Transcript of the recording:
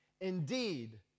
Indeed